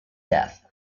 death